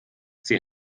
sie